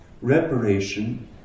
reparation